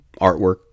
artwork